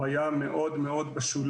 הוא היה מאוד מאוד בשוליים,